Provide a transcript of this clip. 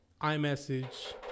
iMessage